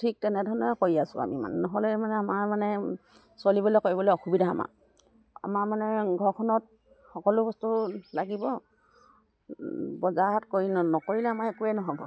ঠিক তেনেধৰণে কৰি আছোঁ আমি মানে নহ'লে মানে আমাৰ মানে চলিবলে কৰিবলে অসুবিধা আমাৰ আমাৰ মানে ঘৰখনত সকলো বস্তু লাগিব বজাৰ হাট কৰি নকৰিলে আমাৰ একোৱেই নহ'ব